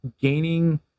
gaining